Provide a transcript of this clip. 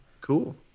Cool